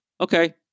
Okay